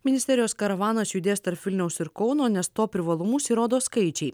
ministerijos karavanas judės tarp vilniaus ir kauno nes to privalumus įrodo skaičiai